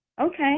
okay